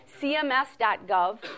CMS.gov